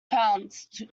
pounced